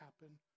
happen